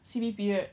C_B period